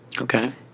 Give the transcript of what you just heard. Okay